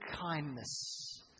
kindness